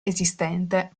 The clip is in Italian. esistente